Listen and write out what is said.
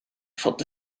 thought